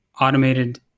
Automated